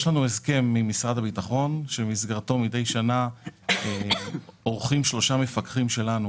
יש לנו הסכם עם משרד הביטחון במסגרתו מדי שנה עורכים שלושה מפקחים שלנו